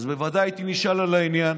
אז בוודאי הייתי נשאל על העניין,